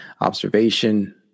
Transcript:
observation